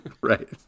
Right